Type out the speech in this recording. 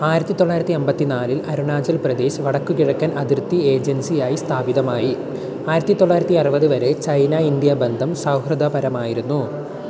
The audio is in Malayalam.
ആയിരത്തി തൊള്ളയിരത്തി അമ്പത്തി നാലിൽ അരുണാചൽ പ്രദേശ് വടക്കുകിഴക്കൻ അതിർത്തി ഏജൻസിയായി സ്ഥാപിതമായി ആയിരത്തി തൊള്ളയിരത്തി അറുപത് വരെ ചൈന ഇന്ത്യ ബന്ധം സൗഹാർദ്ദപരമായിരുന്നു